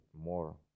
more